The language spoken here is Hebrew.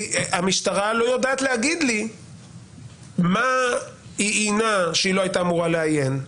המשטרה לא יודעת להגיד לי במה היא עיינה שהיא לא הייתה אמורה לעיין,